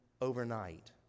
overnight